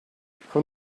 from